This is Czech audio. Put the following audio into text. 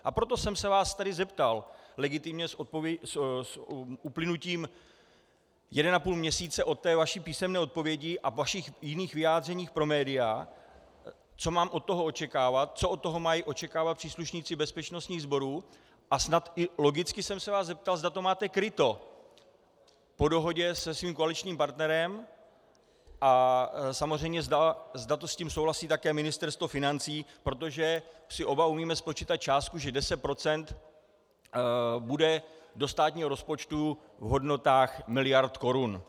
A proto jsem se vás tedy zeptal legitimně s uplynutím jednoho a půl měsíce od vaší písemné odpovědi a vašich jiných vyjádření pro média, co mám od toho očekávat, co od toho mají očekávat příslušníci bezpečnostních sborů, a snad i logicky jsem se vás zeptal, zda to máte kryto po dohodě se svým koaličním partnerem a samozřejmě zda s tím souhlasí také Ministerstvo financí, protože si oba umíme spočítat částku, že 10 % bude do státního rozpočtu v hodnotách miliard korun.